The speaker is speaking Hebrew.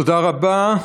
תודה רבה.